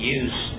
use